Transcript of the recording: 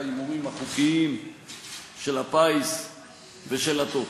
ההימורים החוקיים של הפיס ושל הטוטו.